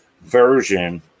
version